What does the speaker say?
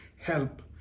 help